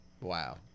Wow